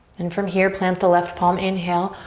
then from here plant the left palm. inhale.